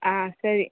ಹಾಂ ಸರಿ